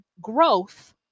growth